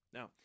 Now